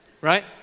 Right